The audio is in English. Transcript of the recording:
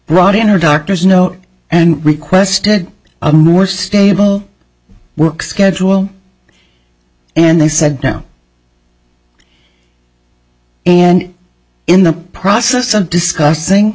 brought in a doctor's note and requested a more stable work schedule and they said no and in the process of discussing